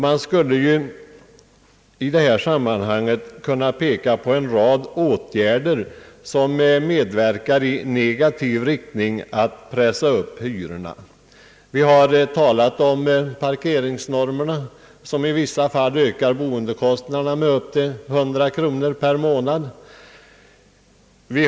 Man skulle ju i detta sammanhang kunna peka på en rad åtgärder som verkar i negativ riktning, dvs. till att pressa upp priserna. Vi har talat om parkeringsnormerna, som i vissa fall ökar boendekostnaderna med upp till 100 kronor per månad.